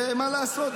ומה לעשות,